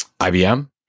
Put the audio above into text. IBM